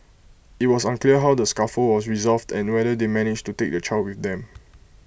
IT was unclear how the scuffle was resolved and whether they managed to take the child with them